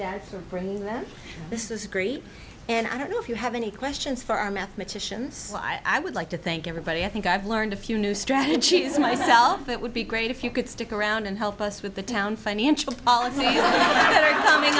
for bringing them this is great and i don't know if you have any questions for our mathematicians i would like to thank everybody i think i've learned a few new strategies myself it would be great if you could stick around and help us with the town financial policy